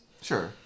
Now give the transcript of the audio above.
sure